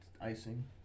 icing